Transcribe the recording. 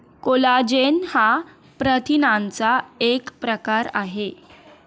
collagen हा प्रथिनांचा एक प्रकार आहे